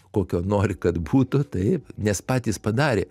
kokio nori kad būtų taip nes patys padarė